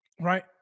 right